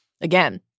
Again